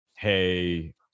hey